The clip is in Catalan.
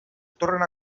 tornen